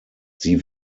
sie